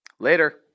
Later